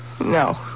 No